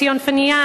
ציון פיניאן,